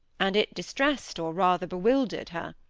and it distressed or rather bewildered her.